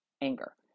anger